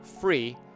free